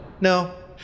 no